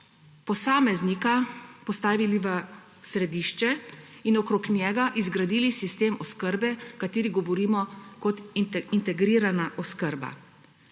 posameznika postavili v središče in okrog njega izgradili sistem oskrbe, o kateri govorimo kot integrirana oskrba.